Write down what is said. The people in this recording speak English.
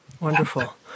Wonderful